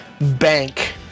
bank